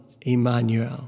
Emmanuel